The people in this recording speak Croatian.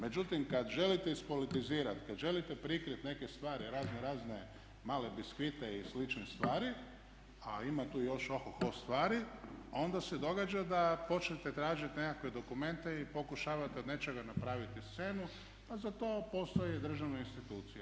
Međutim, kada želite ispolitizirati, kad želite prikrit neke stvari razno razne male biskvite i slične stvari a ima tu i još ohoh stvari onda se događa da počnete tražiti nekakve dokumente i pokušavate od nečega napraviti scenu, pa za to postoje i državne institucije.